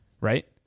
Right